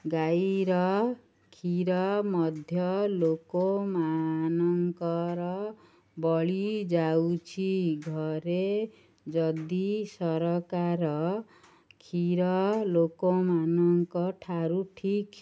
ଗାଈର କ୍ଷୀର ମଧ୍ୟ ଲୋକମାନଙ୍କର ବଳିଯାଉଛି ଘରେ ଯଦି ସରକାର କ୍ଷୀର ଲୋକମାନଙ୍କ ଠାରୁ ଠିକ୍